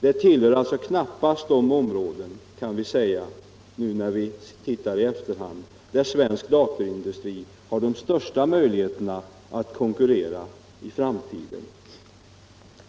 Vid en bedömning i efterhand framstår dessa inte som de objekt som svensk datorindustri har de största möjligheterna att konkurrera om i framtiden.